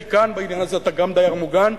כי כאן בעניין הזה אתה גם דייר מוגן,